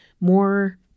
more